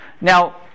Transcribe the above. Now